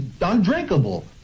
undrinkable